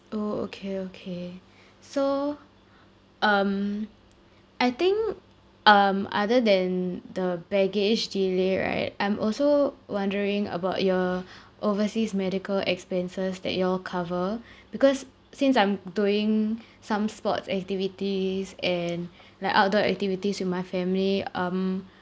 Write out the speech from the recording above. orh okay okay so um I think um other than the baggage delay right I'm also wondering about your overseas medical expenses that you all cover because since I'm doing some sports activities and like outdoor activities with my family um